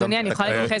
רוצים.